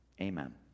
Amen